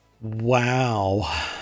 wow